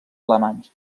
alemanys